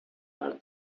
are